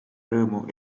rõõmu